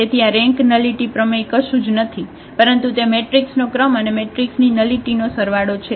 તેથી આ rank nullity પ્રમેય કશું જ નથી પરંતુ તે મેટ્રિક્સનો ક્રમ અને મેટ્રિક્સની નલિટી નો સરવાળો છે